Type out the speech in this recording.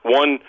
one